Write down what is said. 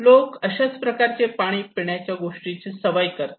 लोक अशाच प्रकारचे पाणी पिण्याच्या गोष्टीची सवय करतात